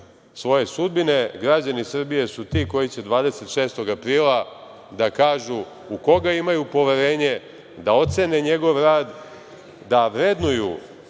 svoje sudbine, građani Srbije su ti koji će 26. aprila da kažu u koga imaju poverenje, da ocene njegov rad, da vrednuju